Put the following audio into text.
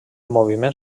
moviment